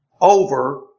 over